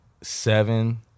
seven